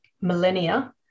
millennia